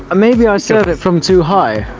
ah maybe i serve it from too high?